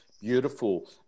beautiful